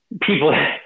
people